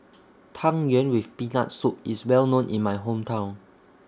Tang Yuen with Peanut Soup IS Well known in My Hometown